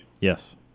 Yes